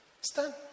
Stand